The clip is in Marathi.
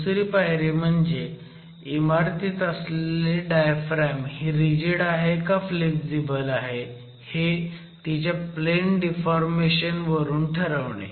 दुसरी पायरी म्हणजे इमारतीत असलेली डायफ्रॅम ही रिजिड आहे का फ्लेग्झिबल आहे हे तिच्या प्लेन डिफॉर्मेशन वरून ठरवणे